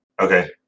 Okay